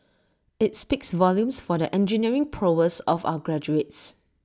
IT speaks volumes for the engineering prowess of our graduates